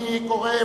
אני קורא,